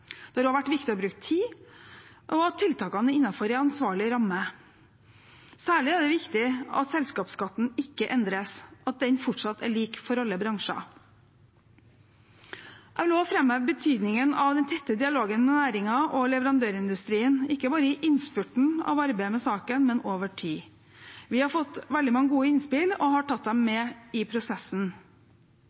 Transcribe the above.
har vært viktig å bruke tid og at tiltakene er innenfor en ansvarlig ramme. Særlig er det viktig at selskapsskatten ikke endres, at den fortsatt er lik for alle bransjer. Jeg vil også framheve betydningen av den tette dialogen med næringen og leverandørindustrien, ikke bare i innspurten av arbeidet med saken, men over tid. Vi har fått veldig mange gode innspill og har tatt dem med i prosessen.